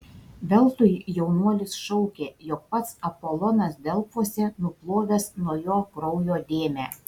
veltui jaunuolis šaukė jog pats apolonas delfuose nuplovęs nuo jo kraujo dėmę